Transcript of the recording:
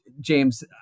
James